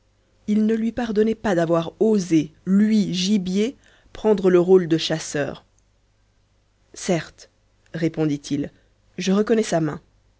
il ne lui pardonnait pas d'avoir osé lui gibier prendre le rôle de chasseur certes répondit-il je reconnais sa main